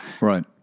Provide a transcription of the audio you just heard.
Right